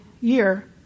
year